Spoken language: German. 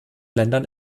ländern